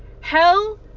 Hell